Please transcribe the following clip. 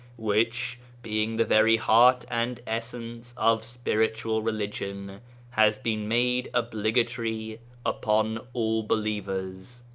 which being the very heart and essence of spiritual religion has been made obli gatory upon all believers.